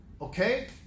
okay